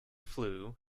flue